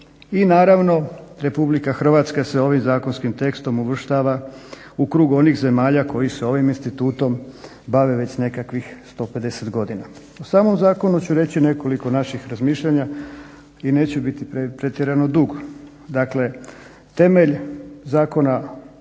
I naravno RH se ovim zakonskim tekstom uvrštava ukrug onih zemalja koji se ovim institutom bave već nekakvih 150 godina. O samom zakonu ću reći nekoliko naših razmišljanja i neću biti pretjerano dug. Dakle, temelj zakona odnsono